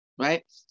Right